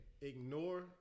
ignore